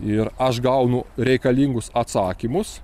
ir aš gaunu reikalingus atsakymus